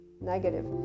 negative